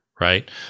right